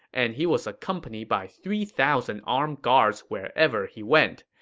and he was accompanied by three thousand armed guards wherever he went.